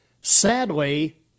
sadly